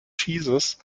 jesus